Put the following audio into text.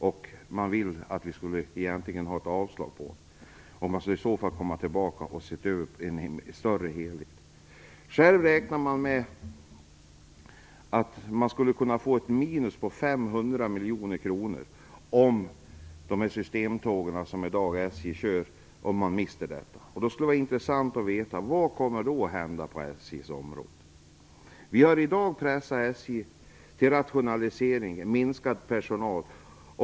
De vill egentligen att riksdagen skall avslå den, så att regeringen skall kunna komma tillbaka och en större helhet uppnås. Man räknar med att det skulle kunna uppstå ett minus på 500 miljoner kronor om SJ skulle mista de systemtåg som trafikerar i dag. Det skulle vara intressant att veta vad som då kommer att hända på SJ:s område. SJ har pressats till rationaliseringar och minskad personalstyrka.